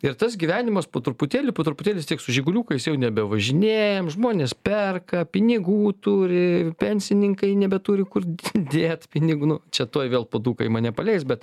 ir tas gyvenimas po truputėlį po truputėlį vis tiek su žiguliukais jau nebevažinėjam žmonės perka pinigų turi pensininkai nebeturi kur dėt pinigų nu čia tuoj vėl puoduką į mane paleis bet